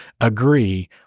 agree